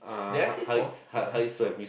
did I say swamp no swam